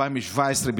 ב-2017,